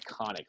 iconic